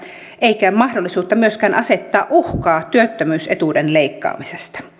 eikä mahdollisuutta myöskään asettaa uhkaa työttömyysetuuden leikkaamisesta